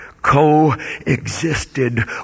Coexisted